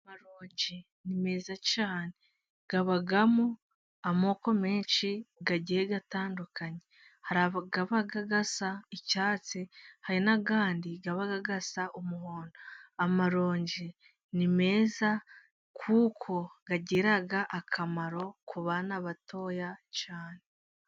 Amaronji ni meza cyane, abamo amoko menshi agiye atandukanye. Hari aba asa icyatsi, hari n'ayandi aba asa umuhondo. Amaronji ni meza kuko agira akamaro ku bana batoya cyane.